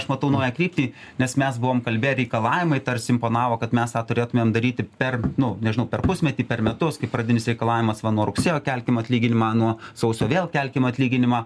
aš matau naują kryptį nes mes buvome kalbėję reikalavimai tarsi imponavo kad mes tą turėtumėm daryti per nu nežinau per pusmetį per metus kaip pradinis reikalavimas va nuo rugsėjo kelkim atlyginimą nuo sausio vėl kelkim atlyginimą